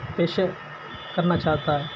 پیشہ کرنا چاہتا ہے